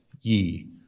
ye